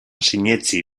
sinetsi